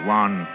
one